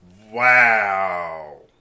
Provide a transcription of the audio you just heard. Wow